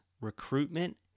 recruitment